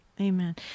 Amen